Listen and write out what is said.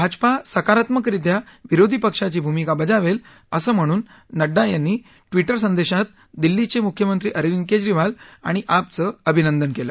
भाजपा सकारात्मकरित्याविरोधी पक्षाची भूमिका बजावेल असं म्हणून नड्डा यांनी ट्विटर संदेशात दिल्लीचे मुख्यमंत्री अरविंद केजरीवाल आणि आप चं अभिनंदन केलं